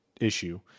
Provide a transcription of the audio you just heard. issue